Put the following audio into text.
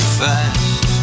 fast